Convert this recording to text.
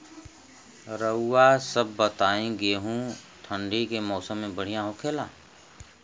रउआ सभ बताई गेहूँ ठंडी के मौसम में बढ़ियां होखेला?